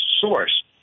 source